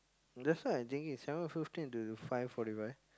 that's why I thinking seven fifteen to five forty five